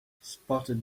spotted